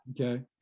okay